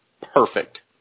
perfect